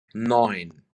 neun